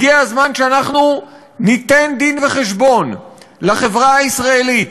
הגיע הזמן שאנחנו ניתן דין-וחשבון לחברה הישראלית,